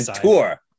tour